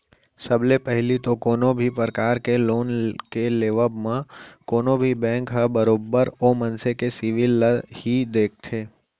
सब ले पहिली तो कोनो भी परकार के लोन के लेबव म कोनो भी बेंक ह बरोबर ओ मनसे के सिविल ल ही देखथे